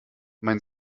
mein